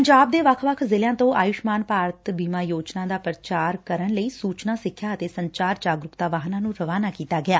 ਪੰਜਾਬ ਦੇ ਵੱਖ ਵੱਖ ਜ਼ਿਲ਼ਿਆਂ ਤੋਂ ਆਯੁਸ਼ਮਾਨ ਭਾਰਤ ਬੀਮਾ ਯੋਜਨਾ ਦਾ ਪ੍ਰਚਾਰ ਕਰਨ ਲਈ ਸੁਚਨਾ ਸਿੱਖਿਆ ਤੇ ਸੰਚਾਰ ਜਾਗਰੁਕਤਾ ਵਾਹਨਾਂ ਨੂੰ ਰਵਾਨਾ ਕੀਤਾ ਗਿੱਆ